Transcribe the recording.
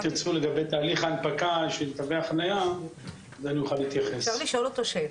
אם תרצו לגבי נושא זה אני אוכל להתייחס.